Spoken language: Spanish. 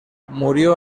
murió